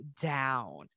down